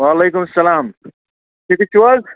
وعلیکُم السلام ٹھیکٕے چھُو حظ